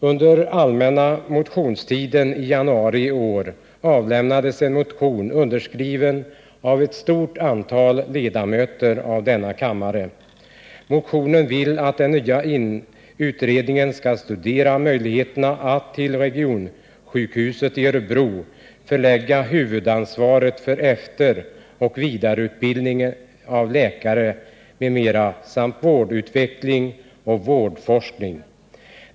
Under den allmänna motionstiden i januari i år avlämnades i denna fråga en motion underskriven av ett stort antal ledamöter av kammaren. I motionen krävs att den nya utredningen skall studera möjligheterna att till regionsjukhuset i Örebro förlägga huvudansvaret för efteroch vidareutbildning av läkare m.m. samt för vårdutveckling och vårdforskring.